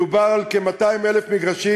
מדובר על כ-200,000 מגרשים,